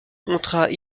contrats